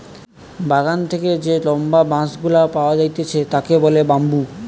বাগান থেকে যে লম্বা বাঁশ গুলা পাওয়া যাইতেছে তাকে বলে বাম্বু